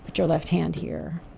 but your left hand here.